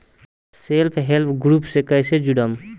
Self help group से कइसे जुड़म?